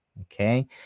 okay